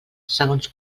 segons